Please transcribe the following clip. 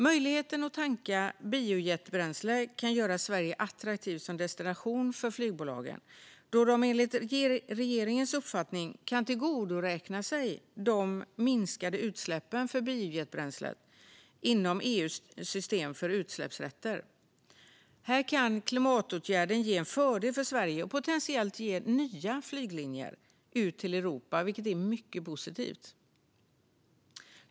Möjligheten att tanka biojetbränsle kan göra Sverige attraktivt som destination för flygbolagen, då de enligt regeringens uppfattning kan tillgodoräkna sig de minskade utsläppen från biojetbränslet inom EU:s system för utsläppsrätter. Här kan klimatåtgärden ge en fördel för Sverige och potentiellt ge nya flyglinjer ut i Europa, vilket är mycket positivt.